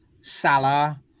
Salah